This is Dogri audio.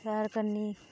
सैर करनी